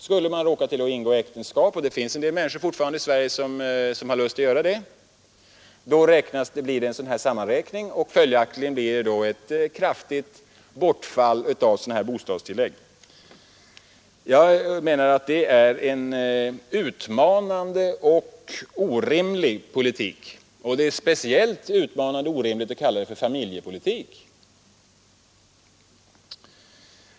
Skulle man råka ingå äktenskap — och det finns fortfarande en del människor i Sverige som har lust att göra det — blir det en sammanräkning av inkomster och följaktligen ett kraftigt bortfall av bostadstillägg. Jag menar att detta är en utmanande och orimlig politik. Det är speciellt utmanande och orimligt att kalla det för ”familjepolitik”.